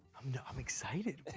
and i'm excited.